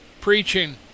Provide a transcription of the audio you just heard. preaching